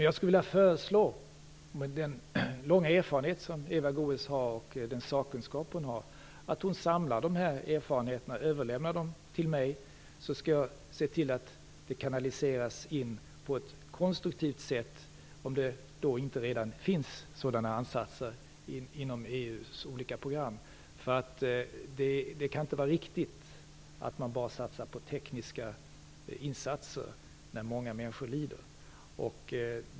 Jag skulle vilja föreslå att Eva Goës, med den långa erfarenhet och den sakkunskap hon har, samlar erfarenheterna och överlämnar dokumenten till mig, så skall jag se till att de på ett konstruktivt sätt kanaliseras in i EU:s olika program, om det inte redan finns sådana ansatser. Det kan inte vara riktigt att man bara satsar på teknik när många människor lider.